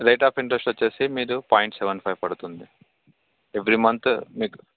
rate of interest వచ్చి మీరు point seven five పడుతుంది ఎవ్రీ మంత్ మీకు